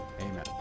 Amen